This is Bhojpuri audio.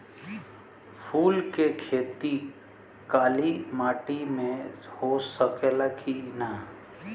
फूल के खेती काली माटी में हो सकेला की ना?